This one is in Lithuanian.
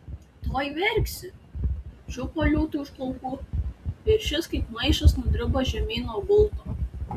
tuoj verksi čiupo liūtui už plaukų ir šis kaip maišas nudribo žemyn nuo gulto